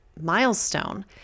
milestone